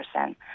percent